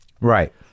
Right